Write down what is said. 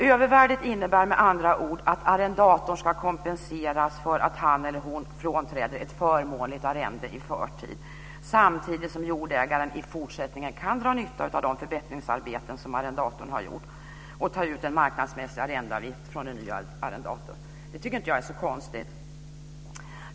Övervärdet innebär med andra ord att arrendatorn ska kompenseras för att han eller hon frånträder ett förmånligt arrende i förtid samtidigt som jordägaren i fortsättningen kan dra nytta av de förbättringsarbeten som arrendatorn har gjort och ta ut en marknadsmässig arrendeavgift från den nya arrendatorn. Det tycker inte jag är så konstigt.